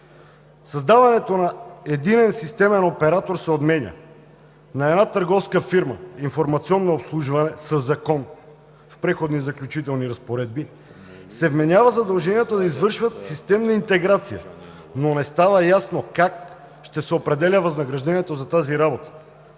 Създаването на единен системен оператор се отменя. На една търговска фирма „Информационно обслужване“ със закон в Преходни и заключителни разпоредби се вменява задължението да извършват системна интеграция, но не става ясно как ще се определя възнаграждението за тази работа,